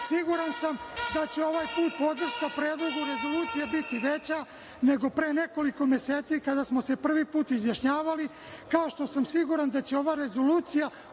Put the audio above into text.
sam da će ovaj put podrška Predlogu rezolucije biti veća nego pre nekoliko meseci, kada smo se prvi put izjašnjavali, kao što sam siguran da će ova rezolucija